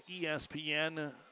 ESPN